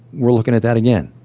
we're looking at that again.